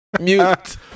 Mute